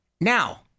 Now